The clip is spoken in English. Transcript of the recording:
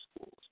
schools